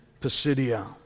Pisidia